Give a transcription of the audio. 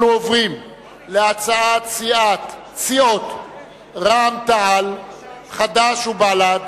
אנחנו עוברים להצעת סיעות רע"ם-תע"ל חד"ש בל"ד